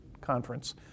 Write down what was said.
conference